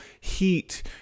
heat